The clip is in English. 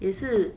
也是